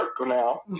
now